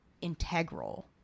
integral